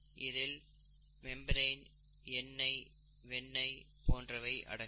இதில் மெம்பிரேன் எண்ணெய் வெண்ணெய் போன்றவை அடங்கும்